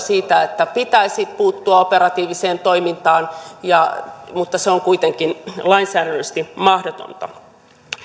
siihen että pitäisi puuttua operatiiviseen toimintaan mutta se on kuitenkin lainsäädännöllisesti mahdotonta